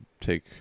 take